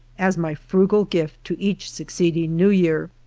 as my frugal gift to each succeeding new year.